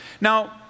Now